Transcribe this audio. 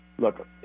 Look